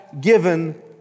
given